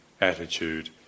attitude